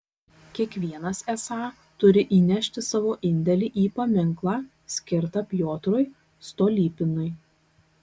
kiekvienas esą turi įnešti savo indėlį į paminklą skirtą piotrui stolypinui